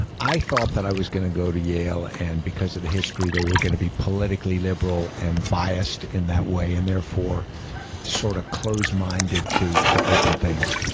i thought that i was going to go to yale and because of the history, they were going to be politically liberal and biased in that way, and therefore sort of closed-minded to to open things.